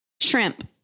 Shrimp